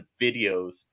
videos